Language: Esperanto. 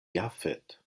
jafet